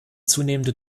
zunehmende